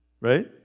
Right